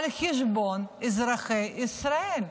על חשבון אזרחי ישאל.